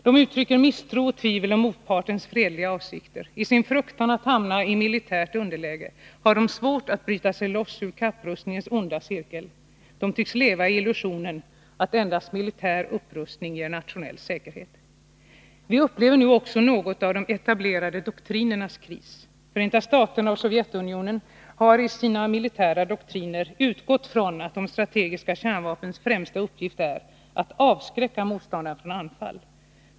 De uttrycker misstro och tvivel om motpartens fredliga avsikter. I sin fruktan att hamna i militärt underläge har de svårt att bryta sig loss ur kapprustningens onda cirkel. De tycks leva i illusionen att endast militär upprustning ger nationell säkerhet. å Vi upplever nu också något av de etablerade doktrinernas kris. Förenta staterna och Sovjetunionen har i sina militära doktriner utgått från att de strategiska kärnvapnens främsta uppgift är att avskräcka motståndaren från anfall.